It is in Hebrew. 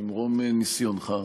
ממרום ניסיונך: